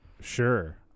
Sure